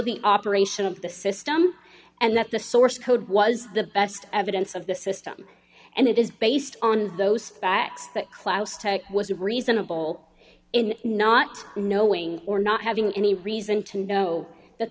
the operation of the system and that the source code was the best evidence of the system and it is based on those facts that klaus tech was reasonable in not knowing or not having any reason to know that